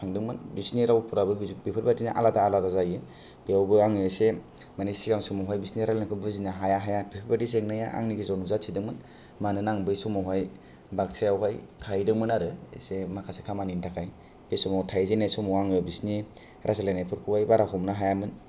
थांदोंमोन बिसिनि रावफोराबो बेफ बेफोर बायदिनो आलादा आलादा जायो बेवबो आङो एसे मानि सिगां समावहाय बिसिनि रायलायनायखौ बुजिनो हाया हाया बेफोर बायदि जेंनाया आंनि गेजेराव नुजाथिदोंमोन मानोना आं बै समावहाय बाक्साआवहाय थाहैदोंमोन आरो एसे माखासे खामानिनि थाखाय बे समाव थाहैजेननाय समाव आङो बिसिनि रायज्लायनायफोरखौहाय बारा हमनो हायामोन